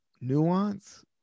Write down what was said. Nuance